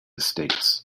estates